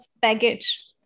baggage